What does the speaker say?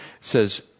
says